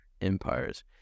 empires